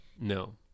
No